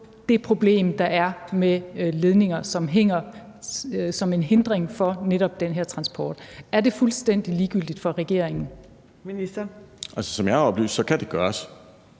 det problem, der er med ledninger, som hænger, hvilket er en hindring for netop den her transport. Er det fuldstændig ligegyldigt for regeringen? Kl. 15:30 Fjerde næstformand (Trine